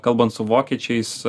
kalbant su vokiečiais